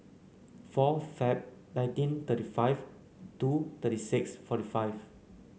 four February nineteen thirty five two thirty six forty five